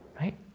right